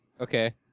Okay